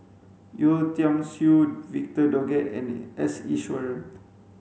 Yeo Tiam Siew Victor Doggett and S Iswaran